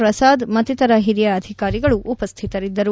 ಪ್ರಸಾದ್ ಮತ್ತಿತರ ಹಿರಿಯ ಅಧಿಕಾರಿಗಳು ಉಪಸ್ಥಿತರಿದ್ದರು